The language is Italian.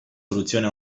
soluzione